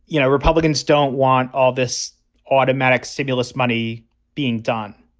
you know, republicans don't want all this automatic stimulus money being done.